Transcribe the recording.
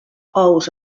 ous